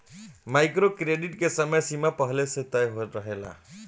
micro credit के समय सीमा पहिले से तय रहेला